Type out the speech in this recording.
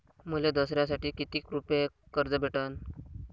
मले दसऱ्यासाठी कितीक रुपये कर्ज भेटन?